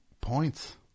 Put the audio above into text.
points